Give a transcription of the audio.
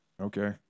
okay